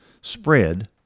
spread